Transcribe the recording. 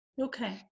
Okay